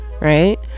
right